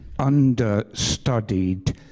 understudied